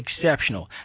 exceptional